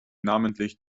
namentlich